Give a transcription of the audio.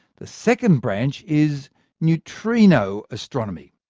the second branch is neutrino astronomy.